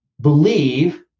believe